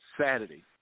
Saturday